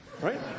right